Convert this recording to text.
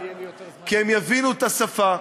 כי הם יבינו את השפה.